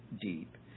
deep